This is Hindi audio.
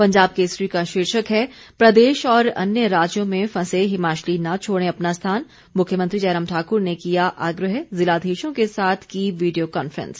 पंजाब केसरी का शीर्षक है प्रदेश और अन्य राज्यों में फंसे हिमाचली न छोड़ें अपना स्थान मुख्यमंत्री जयराम ठाकुर ने किया आग्रह जिलाधीशों के साथ की वीडियो कॉन्फ्रेंस